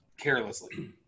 carelessly